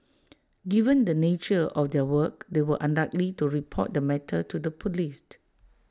given the nature of their work they were unlikely to report the matter to the Police